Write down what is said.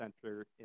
Center